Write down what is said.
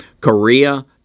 Korea